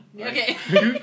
Okay